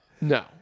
No